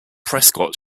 prescott